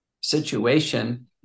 situation